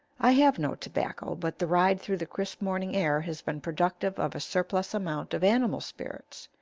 i have no tobacco, but the ride through the crisp morning air has been productive of a surplus amount of animal spirits,